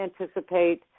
anticipate –